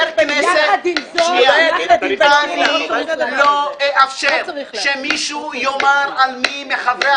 אני לא אאפשר שמישהו יאמר על מי מחברי